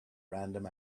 random